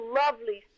lovely